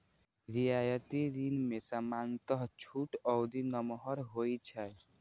रियायती ऋण मे सामान्यतः छूट अवधि नमहर होइ छै